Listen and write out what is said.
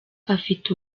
afite